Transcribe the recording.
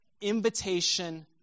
invitation